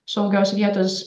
saugios vietos